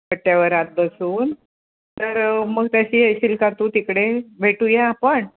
कट्ट्यावर आत बसून तर मग तशी येशील का तू तिकडे भेटूया आपण